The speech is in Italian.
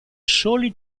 soli